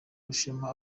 rushema